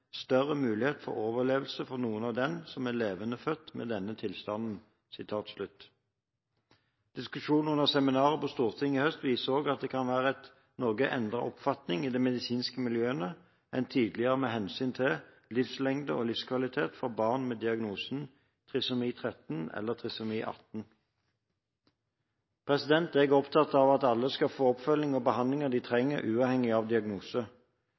større mulighet for overlevelse for noen av dem som er levendefødt med denne tilstanden». Diskusjonen under seminaret på Stortinget i høst viser også at det kan være en noe endret oppfatning i de medisinske miljøene enn tidligere med hensyn til livslengde og livskvalitet for barn med diagnosen trisomi 13 eller trisomi 18. Jeg er opptatt av at alle skal få den oppfølging og behandling de trenger, uavhengig av diagnose.